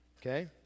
Okay